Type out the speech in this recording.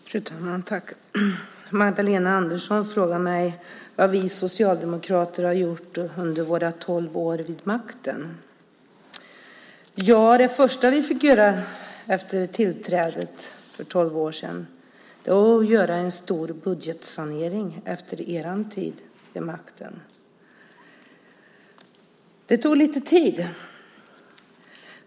Fru talman! Magdalena Andersson frågar mig vad vi socialdemokrater har gjort under våra tolv år vid makten. Det första vi fick göra efter tillträdet för tolv år sedan var att göra en stor budgetsanering efter er tid vid makten. Det tog lite tid.